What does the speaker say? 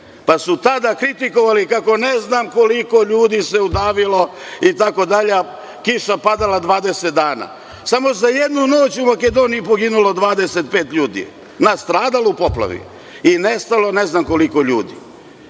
pa su tada kritikovali kako ne znam koliko ljudi se udavilo itd. a kiša je padala 20 dana. Samo za jednu noću u Makedoniji je poginulo 25 ljudi, nastradalo u poplavi i nestalo ne znam koliko ljudi.